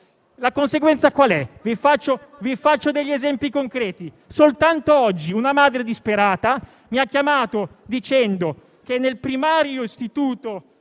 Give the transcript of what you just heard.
La conseguenza qual è? Vi faccio degli esempi concreti. Soltanto oggi, una madre disperata mi ha chiamato dicendomi che, nel primario istituto